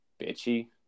bitchy